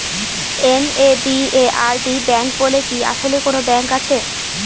NABARD bank বলে কি আসলেই কোনো ব্যাংক আছে?